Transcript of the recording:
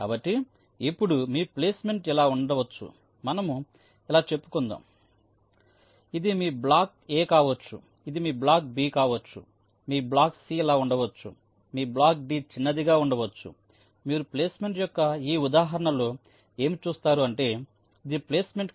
కాబట్టి ఇప్పుడు మీ ప్లేస్మెంట్ ఇలా ఉండవచ్చు మనము ఇలా చెప్పుకుందాం ఇది మీ బ్లాక్ ఎ కావచ్చు ఇది మీ బ్లాక్ బి కావచ్చు మీ బ్లాక్ సి ఇలా ఉండవచ్చు మీ బ్లాక్ డి చిన్నదిగా ఉండవచ్చు మీరు ప్లేస్మెంట్ యొక్క ఈ ఉదాహరణ లో ఏమి చూస్తారు అంటే ఇది ప్లేస్ మెంట్